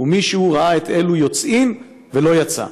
ומישהו ראה את אלו יוצאין ולא יצא".